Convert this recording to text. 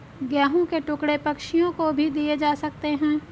गेहूं के टुकड़े पक्षियों को भी दिए जा सकते हैं